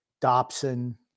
Dobson